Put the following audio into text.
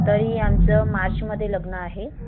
तरी आमचं मार्चमध्ये लग्न आहे